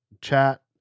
chat